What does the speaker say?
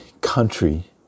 country